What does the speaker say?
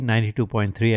92.3